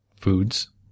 foods